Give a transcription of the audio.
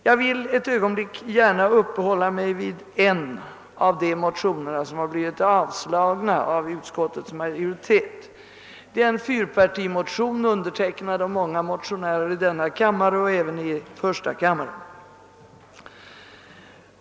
Jag vill ett ögonblick gärna uppehålla mig vid en av de motioner som har avstyrkts av utskottets majoritet — det är en fyrpartimotion, undertecknad av många motionärer i denna kammare och även i första kammaren.